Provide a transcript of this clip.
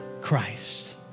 Christ